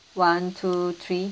one two three